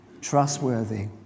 trustworthy